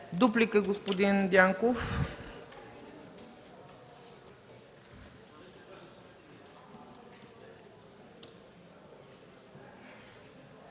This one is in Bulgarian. Дуплика – господин Дянков.